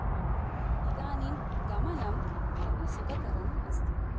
हा इदानीं गमनं बहु सुखकरम् अस्ति